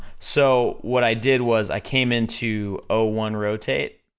so, what i did was, i came into ah one rotate,